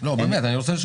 לא אתייחס